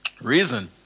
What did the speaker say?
Reason